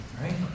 right